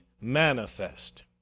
manifest